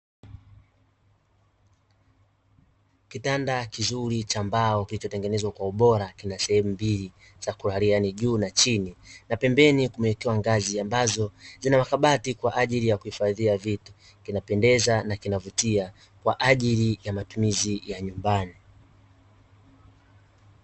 Kitanda kizuri cha mbao kilichotenegenzwa kwa ubora kina sehemu mbili za kulalia ni juu na chini na pembeni kumewekewa ngazi ambazo zinamakabati kwaajili ya kuhifadhia vitu, kinapendeza na kinavutia kwaajili ya matumizi ya nyumbani.